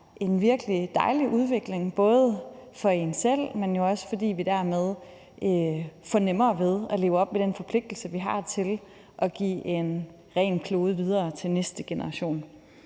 en virkelig dejlig udvikling, både for en selv, men jo også fordi vi dermed får nemmere ved at leve op til den forpligtelse, vi har til at give en ren klode videre til næste generation.